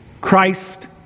Christ